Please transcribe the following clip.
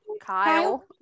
Kyle